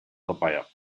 papaya